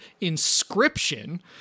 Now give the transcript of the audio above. Inscription